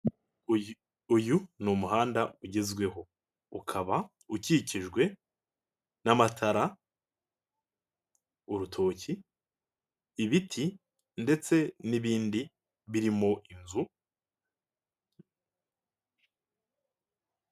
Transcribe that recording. Uyu ni umuhanda ugezweho; ukaba ukikijwe n'amatara, urutoki, ibiti ndetse n'ibindi birimo inzu,..